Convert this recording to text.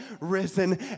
risen